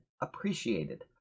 appreciated